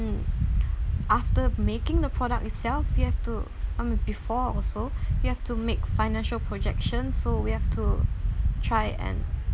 and after making the product itself you have to I mean before also you have to make financial projections so we have to try and